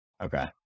Okay